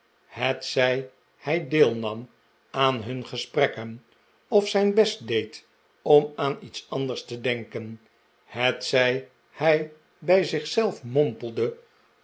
hetzij hij deelnam aan hun gesprekken of zijn best deed om aan iets anders te denken hetzij hij bij